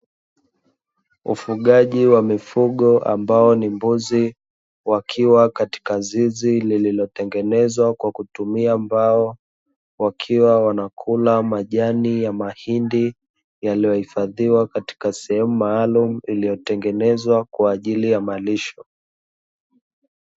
Ufugaji wa mifugo ambao ni mbuzi wakiwa katika zizi lililotengenezwa kwa kutumia mbao, wakiwa wanakula majani ya mahindi yaliyohifadhiwa katika sehemu maalumu iliyotengenezwa kwaajili ya malisho.